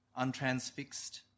untransfixed